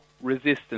resistance